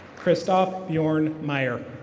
christoph buran myer.